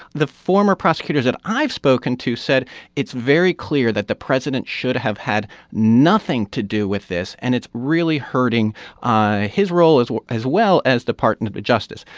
the former prosecutors that i've spoken to said it's very clear that the president should have had nothing to do with this. and it's really hurting his role as well as well as department of but justice.